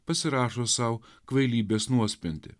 pasirašo sau kvailybės nuosprendį